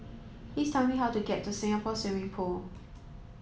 please tell me how to get to Singapore Swimming Club